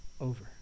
over